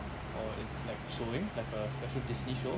or it's like showing like a special disney show